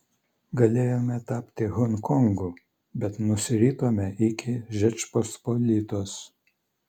galėjome tapti honkongu bet nusiritome iki žečpospolitos